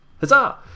Huzzah